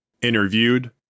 Interviewed